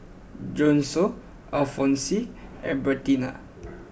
Judson Alfonse and Bertina